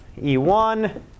E1